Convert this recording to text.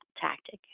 tactic